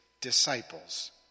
disciples